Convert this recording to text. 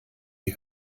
die